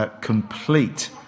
complete